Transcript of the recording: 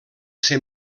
ser